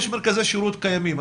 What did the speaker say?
יש מרכזי שירות קיימים,